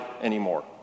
anymore